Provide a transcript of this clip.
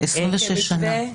כמתווה --- 26 שנה.